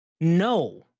no